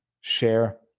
share